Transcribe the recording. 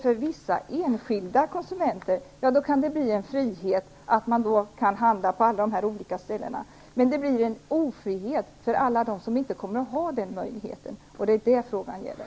För vissa konsumenter kan det innebära en frihet att kunna handla på olika ställen, men problemet är ju att det blir en ofrihet för de konsumenter som inte har denna möjlighet. Det är det som frågan gäller.